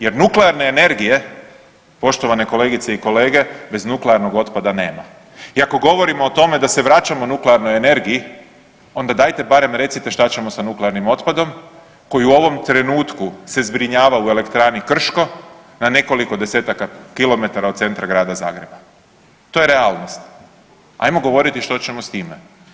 Jer nuklearne energije, poštovane kolegice i kolege, iz nuklearnog otpada nema i ako govorimo o tome da se vraćamo nuklearnoj energiji, onda dajte barem recite šta ćemo sa nuklearnim otpadom koji u ovom trenutku se zbrinjava u elektrani Krško na nekoliko desetaka kilometara od centra grada Zagreba, to je realnost, ajmo govoriti što ćemo s time.